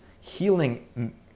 healing